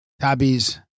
tabbies